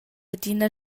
adina